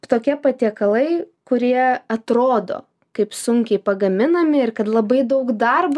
tokie patiekalai kurie atrodo kaip sunkiai pagaminami ir kad labai daug darbo